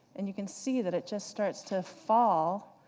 and you can see that it just starts to fall,